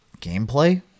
gameplay